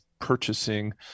purchasing